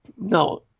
No